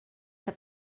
have